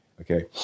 Okay